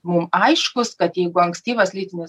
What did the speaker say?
mum aiškūs kad jeigu ankstyvas lytinis